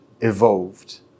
evolved